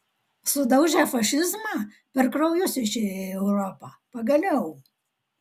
sudaužę fašizmą per kraujus išėję į europą pagaliau